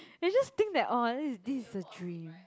and we just think that orh this is this is a dream